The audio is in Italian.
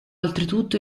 oltretutto